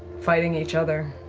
fighting each other.